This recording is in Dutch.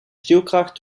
stuwkracht